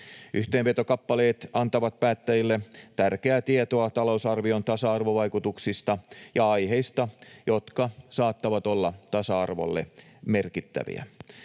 Yhteenvetokappaleet antavat päättäjille tärkeää tietoa talousarvion tasa-arvovaikutuksista ja aiheista, jotka saattavat olla tasa-arvolle merkittäviä.